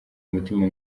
umutima